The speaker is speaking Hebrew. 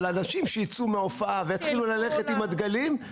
אבל אנשים שיצאו מההופעה ויתחילו ללכת עם הדגלים,